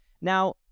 Now